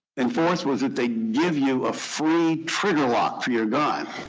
enforced was that they give you a free trigger lock for your gun.